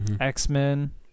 x-men